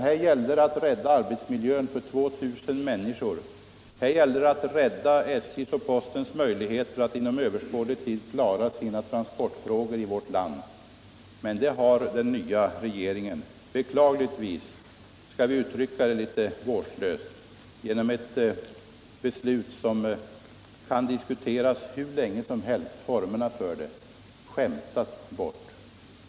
Här gällde det att rädda arbetsmiljön för 2000 människor, här gällde det att rädda SJ:s och postens möjligheter att inom överskådlig tid klara sina transportfrågor. Men det har den nya regeringen beklagligtvis, skall vi uttrycka det litet vårdslöst, genom beslutsformer som kan diskuteras hur länge som helst skämtat bort.